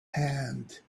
hand